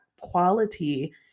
quality